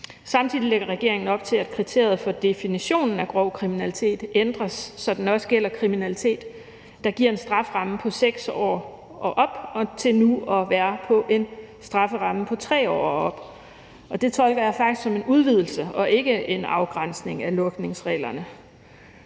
Samtidig lægger regeringen op til, at kriteriet for definitionen af grov kriminalitet ændres, så den også gælder kriminalitet, der har en strafferamme på 6 år og op, til nu at være en strafferamme på 3 år og op. Og det tolker jeg faktisk som en udvidelse og ikke en afgrænsning af logningsreglerne.